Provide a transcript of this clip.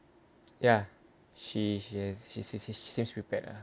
ya she she has she seems she seems prepared ah